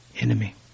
enemy